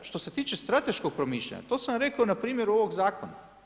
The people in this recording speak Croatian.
Što se tiče strateškom promišljanja, to sam vam rekao na primjeru ovog zakona.